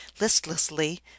listlessly